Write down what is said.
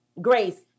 Grace